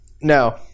No